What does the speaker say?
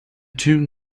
two